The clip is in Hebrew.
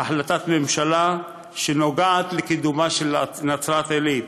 החלטת ממשלה שנוגעת לקידומה של נצרת-עילית.